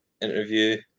interview